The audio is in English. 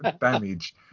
damage